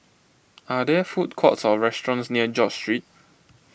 are there food courts or restaurants near George Street